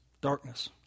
Darkness